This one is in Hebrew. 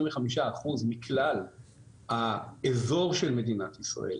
וחמישה אחוז מכלל האזור של מדינת ישראל,